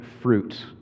fruit